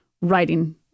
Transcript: writing